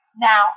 Now